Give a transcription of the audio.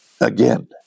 Again